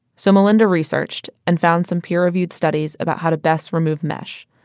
so melynda researched and found some peer reviewed studies about how to best remove mesh.